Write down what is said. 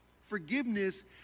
Forgiveness